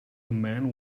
man